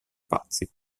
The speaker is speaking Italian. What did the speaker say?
pazzi